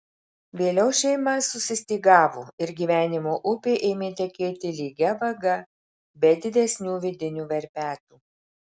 vėliau šeima susistygavo ir gyvenimo upė ėmė tekėti lygia vaga be didesnių vidinių verpetų